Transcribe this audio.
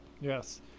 yes